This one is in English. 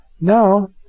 Now